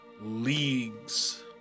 leagues